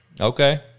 Okay